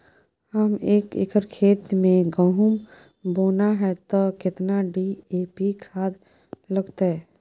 एक एकर खेत मे गहुम बोना है त केतना डी.ए.पी खाद लगतै?